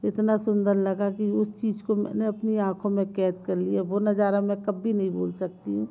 इतना सुंदर लगा कि उस चीज़ को मैंने अपनी आँखो में क़ैद कर लिया है वो नज़ारा मैं कभी नहीं भूल सकती हूँ